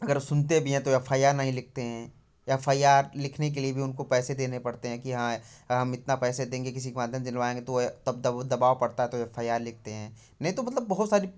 अगर सुनते हैं तो एफ आई आर नहीं लिखते है एफ आई आर लिखने के लिए भी उनको पैसे देने पड़ते हैं कि हाँ हम इतना पैसे देंगे किस को आदत डलवाएंगे तो यह तब दब दबाब पड़ता है तो एफ आई आर लिखते हैं नहीं तो मतलब बहुत सारी